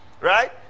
right